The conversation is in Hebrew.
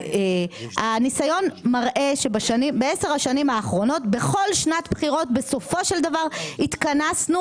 הניסיון מראה שבעשר השנים האחרונות בכל שנת בחירות בסופו של דבר התכנסנו